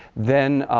then,